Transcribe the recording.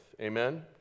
Amen